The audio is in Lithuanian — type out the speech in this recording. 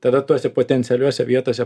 tada tose potencialiose vietose